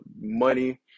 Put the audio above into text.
money